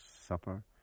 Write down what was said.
supper